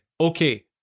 Okay